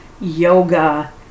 yoga